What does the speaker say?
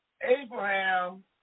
Abraham